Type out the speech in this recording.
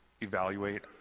evaluate